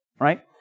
right